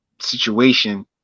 situation